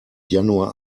januar